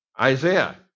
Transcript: Isaiah